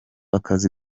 akazi